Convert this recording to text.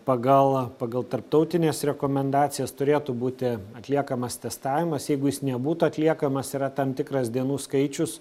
pagal pagal tarptautines rekomendacijas turėtų būti atliekamas testavimas jeigu jis nebūtų atliekamas yra tam tikras dienų skaičius